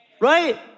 Right